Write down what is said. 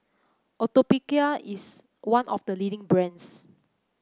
Atopiclair is one of the leading brands